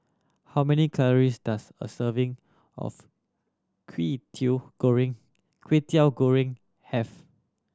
how many calories does a serving of Kwetiau Goreng Kwetiau Goreng have